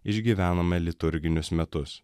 išgyvenome liturginius metus